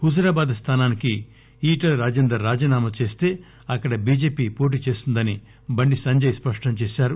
హుజూరాబాద్ స్థానానికి ఈటల రాజేందర్ రాజీనామా చేస్తే అక్కడ బీజేపీ పోటీ చేస్తుందని బండి సంజయ్ స్పష్టం చేశారు